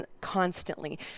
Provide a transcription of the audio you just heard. constantly